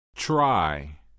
Try